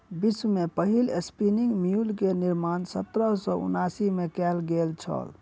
विश्व में पहिल स्पिनिंग म्यूल के निर्माण सत्रह सौ उनासी में कयल गेल छल